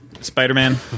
Spider-Man